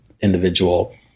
individual